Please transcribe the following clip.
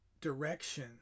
direction